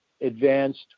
advanced